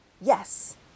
Yes